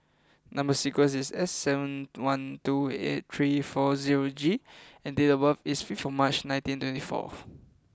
Number Sequence is S seven one two eight three four zero G and date of birth is zero five March nineteen twenty four